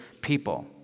people